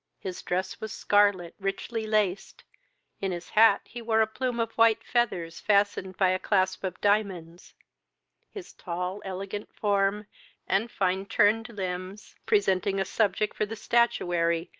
his dress was scarlet, richly laced in his hat he wore a plume of white feathers, fastened by a clasp of diamonds his tall elegant form and fine turned limbs presenting a subject for the statuary,